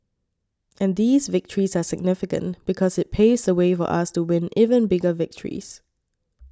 and these victories are significant because it paves the way for us to win even bigger victories